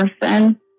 person